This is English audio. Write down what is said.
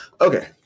Okay